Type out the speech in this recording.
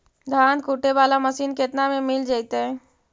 धान कुटे बाला मशीन केतना में मिल जइतै?